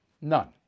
None